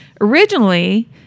Originally